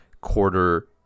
quarter